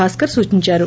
భాస్కర్ సూచించారు